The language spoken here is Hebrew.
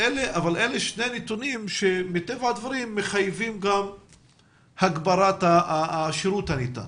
אלה שני נתונים שמחייבים הגברת השירות שניתן.